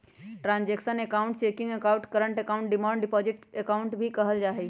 transactional account checking account, current account, demand deposit account भी कहल जाहई